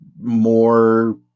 more